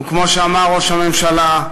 וכמו שאמר ראש הממשלה,